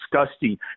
disgusting